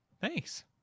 thanks